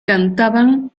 cantaban